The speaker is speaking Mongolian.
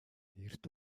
эрт